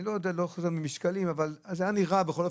אני לא בודק משקלים אבל זה היה נראה כך,